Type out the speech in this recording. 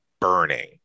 burning